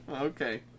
Okay